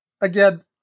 again